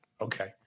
Okay